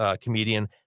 comedian